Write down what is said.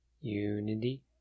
unity